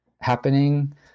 happening